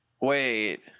Wait